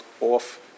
off